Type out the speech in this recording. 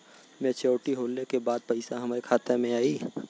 Maturity होले के बाद पैसा हमरे खाता में आई?